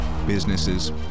businesses